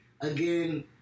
again